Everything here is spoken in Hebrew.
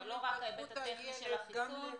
זה לא רק ההיבט הטכני של החיסון --- זה חשוב גם להתפתחות הילד,